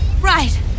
Right